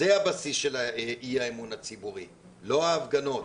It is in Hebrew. זה הבסיס של האי-אמון הציבורי, לא ההפגנות.